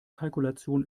kalkulation